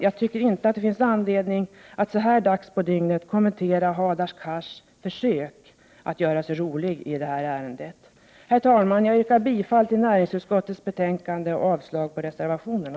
Jag tycker inte att det finns någon anledning att så här dags på dygnet kommentera Hadar Cars försök att göra sig rolig i det här ärendet. Herr talman! Jag yrkar bifall till näringsutskottets hemställan och avslag på reservationerna.